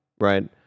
right